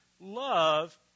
Love